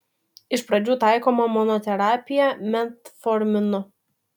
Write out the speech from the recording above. iš pradžių taikoma monoterapija metforminu